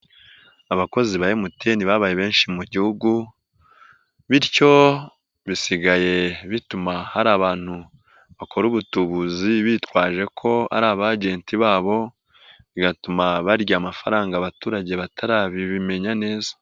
Abakozi ba MTN babaye benshi mu gihugu bityo bisigaye bituma hari abantu bakora ubutubuzi bitwaje ko ari bajenti babo. Bigatuma barya amafaranga abaturage batarabimenya neza.